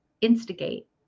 instigate